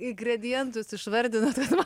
ingredientus išvardinot kad man